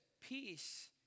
peace